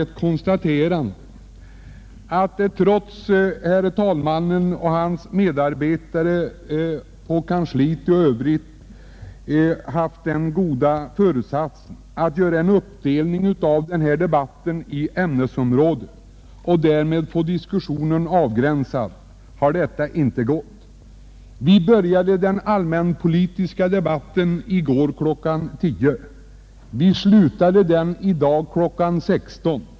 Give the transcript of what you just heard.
| Trots att herr talmannen, hans medarbetare och kansliet i övrigt haft den goda föresatsen att göra en uppdelning av denna debatt i ämnesområden och därmed få diskussionen avgränsad, har detta icke gått. Vi började den allmänpolitiska debatten i går kl. 10, och vi slutade den i dag kl. 16.